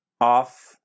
off